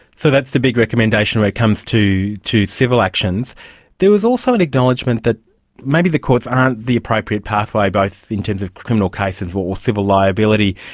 so that's the big recommendation when it comes to to civil actions there was also an acknowledgement that maybe the courts aren't the appropriate pathway, both in terms of criminal cases or civil liability,